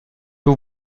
vous